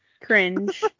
Cringe